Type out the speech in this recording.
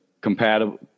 compatible